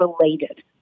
related